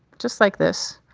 just like this,